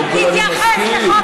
רבותיי, הם חתומים בהסכם.